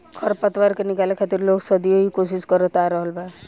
खर पतवार के निकाले खातिर लोग सदियों ही कोशिस करत आ रहल बा